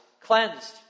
cleansed